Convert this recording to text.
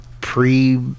pre